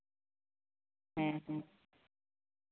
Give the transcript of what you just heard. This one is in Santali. ᱦᱮᱸ ᱦᱮᱸ